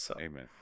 amen